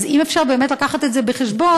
אז אם אפשר באמת להביא את זה בחשבון,